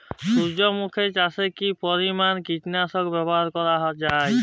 সূর্যমুখি চাষে কি পরিমান কীটনাশক ব্যবহার করা যায়?